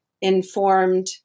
informed